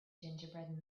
gingerbread